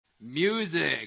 Music